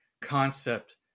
concept